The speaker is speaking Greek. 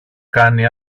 κάνει